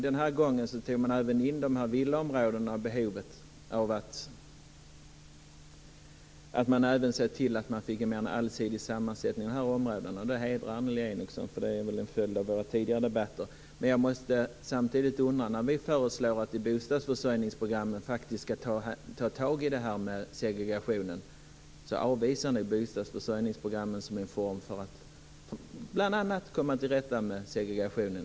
Den här gången tog man in villaområdena och behovet av att se till att man får en mer allsidig sammansättning i de områdena. Det hedrar Annelie Enochson. Det är väl en följd av våra tidigare debatter. När vi föreslår att vi i bostadsförsörjningsprogrammen faktiskt ska ta tag i frågan om segregation avvisar ni bostadsförsörjningsprogrammen som en form för att bl.a. komma till rätta med segregationen.